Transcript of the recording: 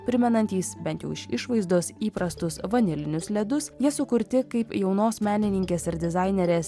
primenantys bent jau iš išvaizdos įprastus vanilinius ledus jie sukurti kaip jaunos menininkės ir dizainerės